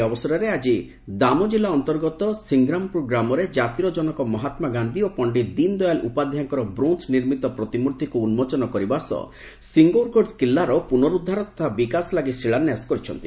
ଏହି ଅବସରରେ ଆଜି ଦାମୋ କିଲ୍ଲା ଅନ୍ତର୍ଗତ ସିଂଗ୍ରାମପୁର ଗ୍ରାମରେ ଜାତିର ଜନକ ମହାତ୍ମାଗାନ୍ଧୀ ଏବଂ ପଶ୍ଚିତ ଦୀନଦୟାଲ ଉପାଧ୍ୟାୟଙ୍କର ବ୍ରୋଞ୍ଜ ନିର୍ମିତ ପ୍ରତିମୂର୍ତ୍ତିକୁ ଉନ୍ମୋଚନ କରିବା ସହ ସିଂଗୌରଗଡ କିଲ୍ଲାର ପୁନରୁଦ୍ଧାର ତଥା ବିକାଶ ଲାଗି ଶିଳାନ୍ୟାସ କରିଛନ୍ତି